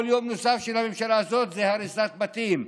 כל יום נוסף של הממשלה הזו זה הריסת בתים,